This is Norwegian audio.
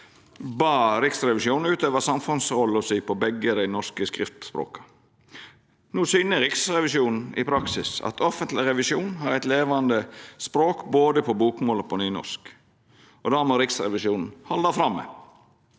bad Riksrevisjonen utøva samfunnsrolla si på begge dei norske skriftspråka. No syner Riksrevisjonen i praksis at offentleg revisjon har eit levande språk på både bokmål og nynorsk. Det må Riksrevisjonen halda fram med.